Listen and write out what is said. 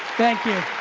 thank you.